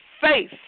faith